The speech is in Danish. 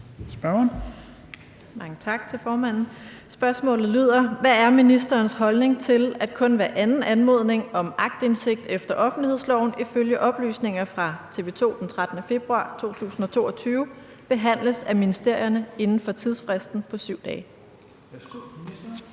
Spørgsmålet lyder: Hvad er ministerens holdning til, at kun hver anden anmodning om aktindsigt efter offentlighedsloven ifølge oplysninger fra TV 2 den 13. februar 2022 behandles af ministerierne inden for fristen på 7 dage?